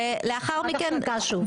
ולאחר מכן,